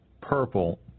purple